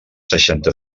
seixanta